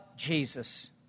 Jesus